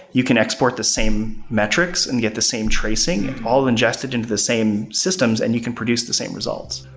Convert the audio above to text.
you can export the same metrics and get the same tracing all ingested into the same systems and you can produce the same results.